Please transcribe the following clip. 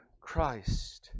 Christ